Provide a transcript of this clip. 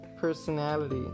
personality